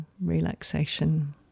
relaxation